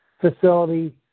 facility